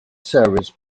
service